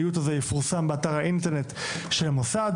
האיות הזה יפורסם באתר האינטרנט של המוסד